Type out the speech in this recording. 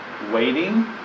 waiting